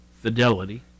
Fidelity